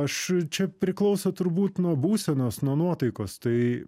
aš čia priklauso turbūt nuo būsenos nuo nuotaikos tai